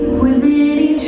with the